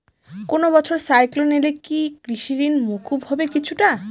কোনো বছর সাইক্লোন এলে কি কৃষি ঋণ মকুব হবে কিছুটা?